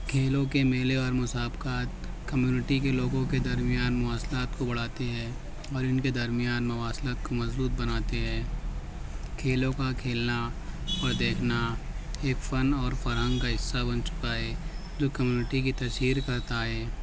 کھیلوں کے میلے اور مسابقات کمیونٹی کے لوگوں کے درمیان مواصلات کو بڑھاتے ہے اور ان کے درمیان مواصلات کو مضبوط بناتے ہیں کھیلوں کا کھیلنا اور دیکھنا ایک فن اور فرہنگ کا حصہ بن چکا ہے جو کمیونٹی کی تشہیر کرتا ہے